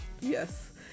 yes